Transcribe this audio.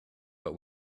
but